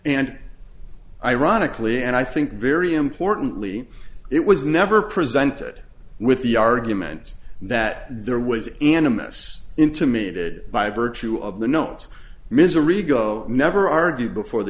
and ironically and i think very importantly it was never presented with the argument that there was animists intimated by virtue of the notes ms a rigo never argued before the